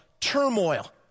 turmoil